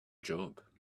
job